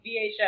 VHS